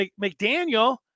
McDaniel